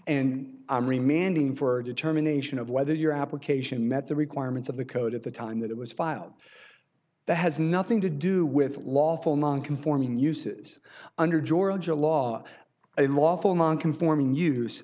mandating for determination of whether your application met the requirements of the code at the time that it was filed that has nothing to do with lawful nonconforming uses under georgia law a lawful non conforming use